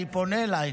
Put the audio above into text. אני פונה אלייך.